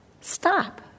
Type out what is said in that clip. stop